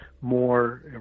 more